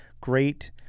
great